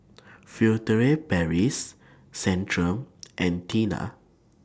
Furtere Paris Centrum and Tena